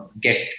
get